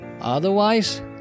Otherwise